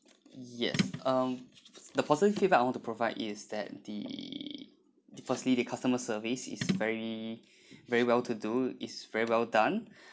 yes um the positive feedback I want to provide is that the the firstly the customer service is very very well to do is very well done